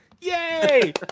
Yay